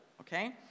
Okay